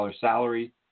salary